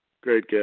Great